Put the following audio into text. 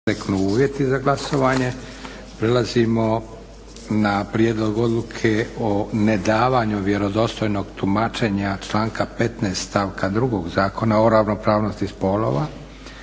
Josip (SDP)** Prelazimo na - Prijedlog odluke o nedavanju vjerodostojnog tumačenja članka 15. stavka 2. Zakona o ravnopravnosti spolova